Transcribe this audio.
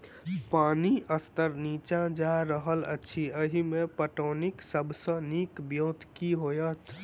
पानि स्तर नीचा जा रहल अछि, एहिमे पटौनीक सब सऽ नीक ब्योंत केँ होइत?